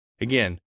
Again